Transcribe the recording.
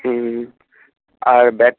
হুম আর